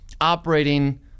operating